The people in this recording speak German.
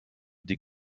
die